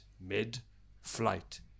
mid-flight